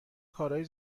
کارهای